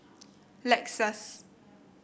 Lexus